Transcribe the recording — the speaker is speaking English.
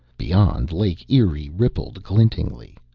beyond, lake erie rippled glintingly.